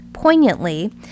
Poignantly